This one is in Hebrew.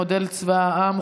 מודל צבא העם,